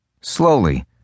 Slowly